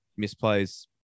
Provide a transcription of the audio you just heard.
misplays